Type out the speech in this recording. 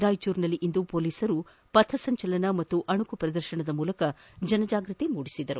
ರಾಯಚೂರಿನಲ್ಲಿಂದು ಪೊಲೀಸರು ಪಥಸಂಚಲನ ಮತ್ತು ಅಣಕು ಪ್ರದರ್ಶನದ ಮೂಲಕ ಜನಜಾಗೃತಿ ಮೂಡಿಸಿದರು